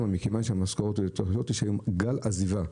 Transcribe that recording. מכיוון שהמשכורות יותר גבוהות, יש היום גל עזיבה.